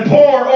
Pour